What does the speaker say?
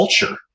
culture